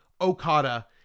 okada